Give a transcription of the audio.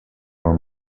are